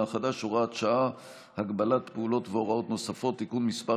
החדש (הוראת שעה) (הגבלת פעילות והוראות נוספות) (תיקון מס'